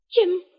Jim